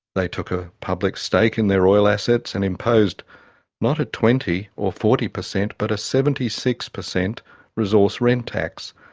they took a public stake in their oil assets and imposed not a twenty or forty per cent but a seventy six per cent resource rent tax.